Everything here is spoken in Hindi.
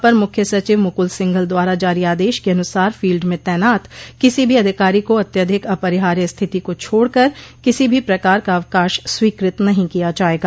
अपर मुख्य सचिव मुकुल सिंघल द्वारा जारी आदेश के अनुसार फील्ड में तैनात किसी भी अधिकारी को अत्यधिक अपरिहार्य स्थिति को छोड़कर किसी भी प्रकार का अवकाश स्वीकृत नहीं किया जायेगा